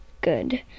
good